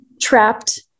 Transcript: trapped